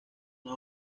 una